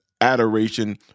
adoration